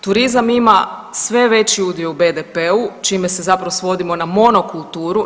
Turizam ima sve veći udio u BDP-u čime se zapravo svodimo na monokulturu.